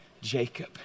jacob